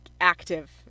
active